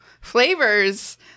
flavors